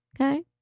okay